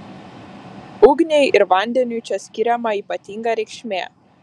ugniai ir vandeniui čia skiriama ypatinga reikšmė